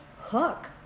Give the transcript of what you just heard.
hook